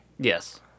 Yes